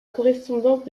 correspondance